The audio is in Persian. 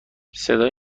صدای